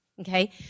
Okay